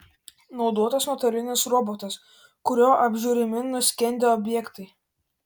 naudotas nuotolinis robotas kuriuo apžiūrimi nuskendę objektai